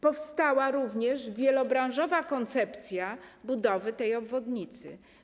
Powstała również wielobranżowa koncepcja budowy tej obwodnicy.